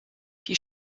die